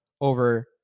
over